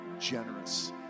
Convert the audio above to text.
generous